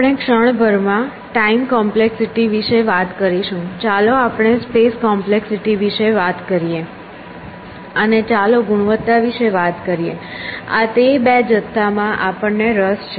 આપણે ક્ષણભરમાં time complexity વિશે વાત કરીશું ચાલો આપણે સ્પેસ કોમ્પ્લેક્સિટી વિશે વાત કરીએ અને ચાલો ગુણવત્તા વિશે વાત કરીએ આ તે બે જથ્થા માં આપણને રસ છે